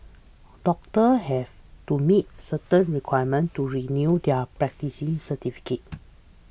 doctors have to meet certain requirements to renew their practising certificates